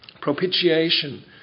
propitiation